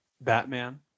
Batman